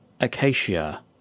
Acacia